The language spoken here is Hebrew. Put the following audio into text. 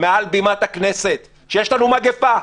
מעל בימת הכנסת שיש לנו מגיפה,